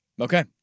Okay